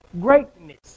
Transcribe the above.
greatness